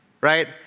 right